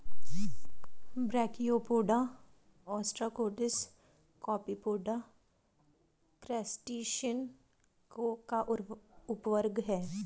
brachiopoda, ostracods, copepoda, crustacean का उपवर्ग है